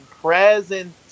present